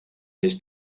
his